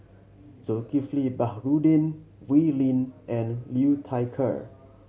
Zulkifli Baharudin Wee Lin and Liu Thai Ker